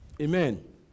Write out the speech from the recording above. Amen